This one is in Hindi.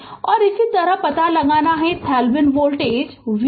Refer Slide Time 1136 और इसी तरह पता लगाना है थेवेनिन वोल्टेज VThevenin